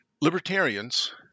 Libertarians